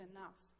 Enough